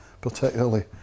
particularly